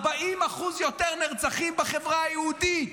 40% יותר נרצחים בחברה היהודית.